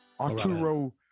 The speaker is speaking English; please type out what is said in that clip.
Arturo